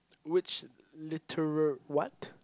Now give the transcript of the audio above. which literal what